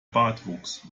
bartwuchs